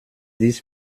dix